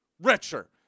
Richer